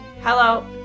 Hello